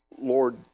Lord